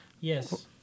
Yes